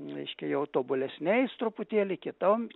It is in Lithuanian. reiškia jau tobulesniais truputėlį kitam